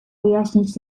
wyjaśnić